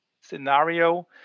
scenario